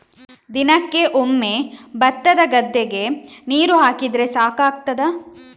ದಿನಕ್ಕೆ ಒಮ್ಮೆ ಭತ್ತದ ಗದ್ದೆಗೆ ನೀರು ಹಾಕಿದ್ರೆ ಸಾಕಾಗ್ತದ?